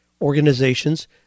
organizations